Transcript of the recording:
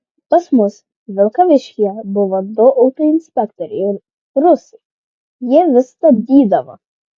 pas mus vilkaviškyje buvo du autoinspektoriai rusai jie vis stabdydavo